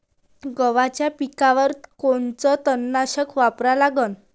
गव्हाच्या पिकावर कोनचं तननाशक वापरा लागन?